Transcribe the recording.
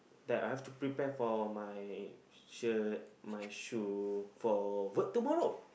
that I have to prepare for my shirt my shoe for work tomorrow